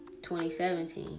2017